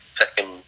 second